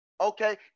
Okay